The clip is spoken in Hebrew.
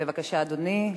בבקשה, אדוני.